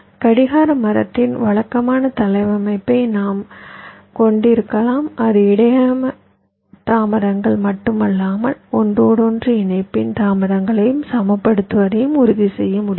கடிகார மரத்தின் வழக்கமான தளவமைப்பை நாம் கொண்டிருக்கலாம் இது இடையக தாமதங்கள் மட்டுமல்லாமல் ஒன்றோடொன்று இணைப்பின் தாமதங்களையும் சமப்படுத்துவதை உறுதிசெய்ய முடியும்